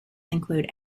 include